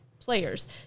players